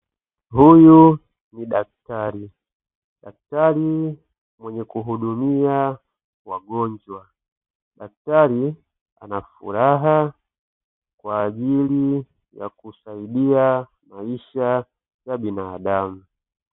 Huyu ni daktari, daktari mwenye kuhudumia wagonjwa, daktari ana furaha kwa ajili ya kusaidia maisha ya binadamu.